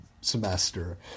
semester